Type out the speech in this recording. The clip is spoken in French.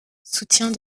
soutiens